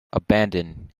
abandoned